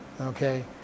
okay